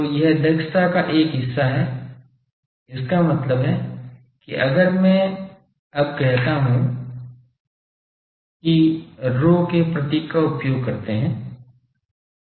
तो यह दक्षता का एक हिस्सा है इसका मतलब है कि अगर मैं अब कहता हूं कि तो प्रतीक ρ का उपयोग करते है